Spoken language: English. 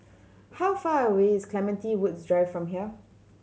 how far away is Clementi Woods Drive from here